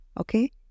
Okay